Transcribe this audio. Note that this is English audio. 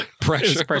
Pressure